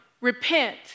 Repent